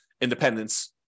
independence